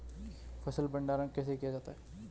फ़सल भंडारण कैसे किया जाता है?